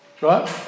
right